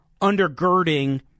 undergirding